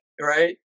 right